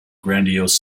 grandiose